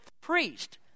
priest